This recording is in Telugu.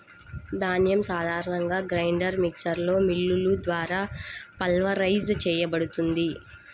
ధాన్యం సాధారణంగా గ్రైండర్ మిక్సర్లో మిల్లులు ద్వారా పల్వరైజ్ చేయబడుతుంది